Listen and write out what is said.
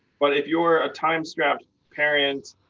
but if you're a time strapped parent,